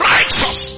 Righteous